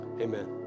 amen